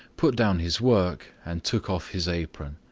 put down his work, and took off his apron.